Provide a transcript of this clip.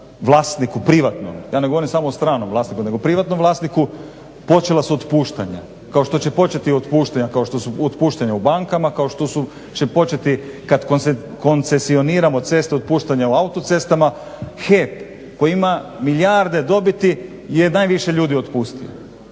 vlasniku privatnom, ja ne govorim samo o stranom vlasniku nego o privatnom vlasniku počela su otpuštanja, kao što će početi otpuštanja kao što su otpuštanja u bankama, kao što će početi kada koncesioniramo ceste otpuštanja u autocestama. HEP koji ima milijarde dobiti je najviše ljudi otpustio.